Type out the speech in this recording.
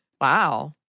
Wow